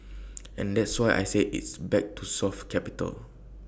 and that's why I say it's back to soft capital